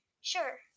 Sure